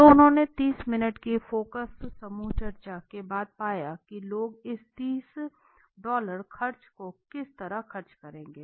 तो उन्होंने 30 मिनट कि फोकस समूह चर्चा के बाद पाया की लोग इस 30 डॉलर खर्च को किस तरह खर्च करेंगे